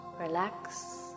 relax